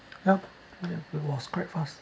yup it was quite fast